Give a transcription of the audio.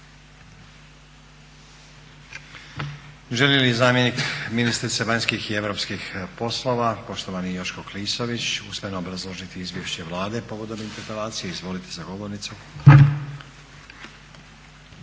Želi li zamjenik ministrice vanjskih i europskih poslova poštovani Joško Klisović usmeno obrazložiti izvješće Vlade povodom interpelacije? Izvolite za govornicu.